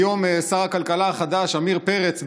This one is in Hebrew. היום שר הכלכלה החדש עמיר פרץ,